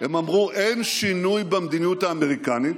אין שינוי במדיניות האמריקנית.